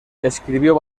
escribió